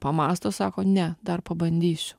pamąsto sako ne dar pabandysiu